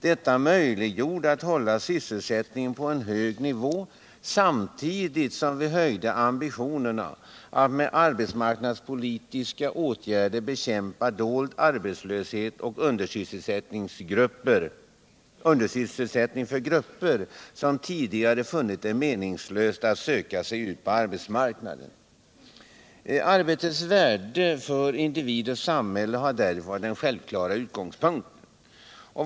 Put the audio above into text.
Detta möjliggjorde att hålla sysselsättningen på hög nivå samtidigt som vi höjde ambitionerna att med arbetsmarknadspolitiska åtgärder bekämpa dold arbetslöshet och undersysselsättning för grupper som tidigare funnit det meningslöst att söka sig ut på arbetsmarknaden. Arbetets värde för individ och samhälle har därvid varit den självklara utgångspunkten.